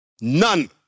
None